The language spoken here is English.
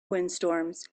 windstorms